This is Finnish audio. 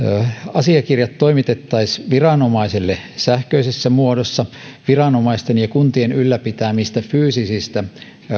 asiakirjat toimitettaisiin viranomaisille sähköisessä muodossa viranomaisten ja kuntien ylläpitämistä fyysisistä